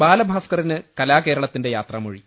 ബാലഭാസ്കറിന് കലാകേരളത്തിന്റെ യാത്രാമൊഴി